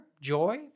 joy